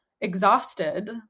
exhausted